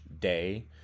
day